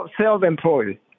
self-employed